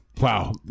Wow